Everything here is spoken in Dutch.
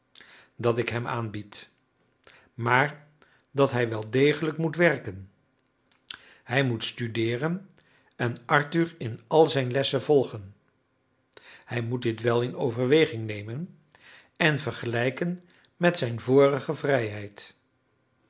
dat ik hem aanbied maar dat hij wel degelijk moet werken hij moet studeeren en arthur in al zijn lessen volgen hij moet dit wel in overweging nemen en vergelijken met zijn vorige vrijheid